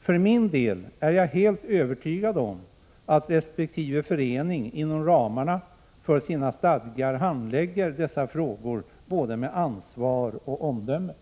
För min del är jag helt övertygad om att resp. förening inom ramarna för sina stadgar handlägger dessa frågor med både ansvar och omdöme.